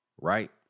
Right